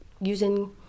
using